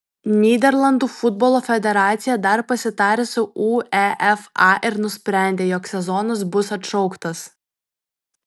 nyderlandų futbolo federacija dar pasitarė su uefa ir nusprendė jog sezonas bus atšauktas